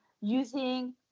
using